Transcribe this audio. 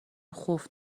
خوف